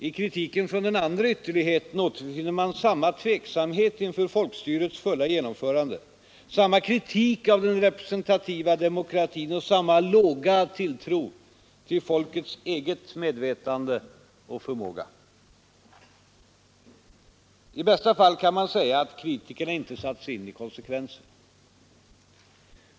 I kritiken från den andra ytterligheten återfinner man samma tveksamhet inför folkstyrets fulla genomförande, samma kritik av den representativa demokratin och samma låga tilltro till folkets medvetande och förmåga. I bästa fall kan man säga att kritikerna inte satt sig in i konsekvenserna.